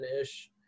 ish